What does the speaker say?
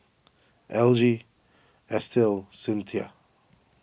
Algie Estill Cyntha